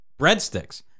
breadsticks